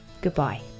goodbye